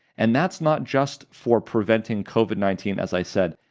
and that's not just for preventing covid nineteen, as i said.